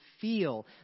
feel